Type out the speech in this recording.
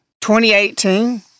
2018